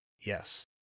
Yes